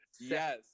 yes